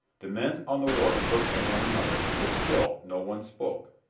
the men on the wharf looked at one another, but still no one spoke,